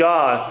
God